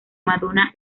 madonna